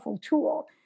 tool